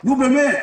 נו, באמת?